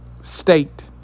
state